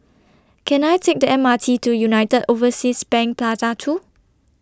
Can I Take The M R T to United Overseas Bank Plaza two